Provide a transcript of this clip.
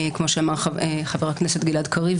כמו שאמר חבר הכנסת גלעד קריב,